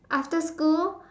after school